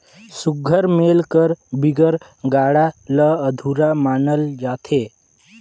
सुग्घर मेल कर बिगर गाड़ा ल अधुरा मानल जाथे